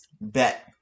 Bet